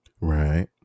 right